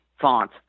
font